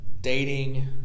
dating